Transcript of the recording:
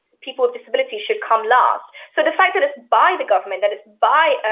people with disabilities should come last. so the fact that it's by the government, that it's by